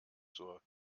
zur